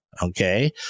Okay